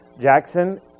Jackson